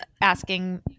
asking